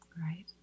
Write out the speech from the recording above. Right